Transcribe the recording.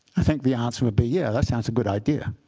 i think the answer would be, yeah, that sounds a good idea.